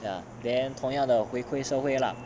ya then 同样的回馈社会 lah